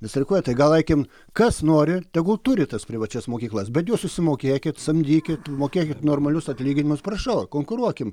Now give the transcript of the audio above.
nestreikuoja tai gal eikim kas nori tegul turi tas privačias mokyklas bet jūs susimokėkit samdykit mokėkit normalius atlyginimus prašau konkuruokim